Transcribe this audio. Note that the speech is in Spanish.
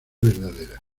verdadera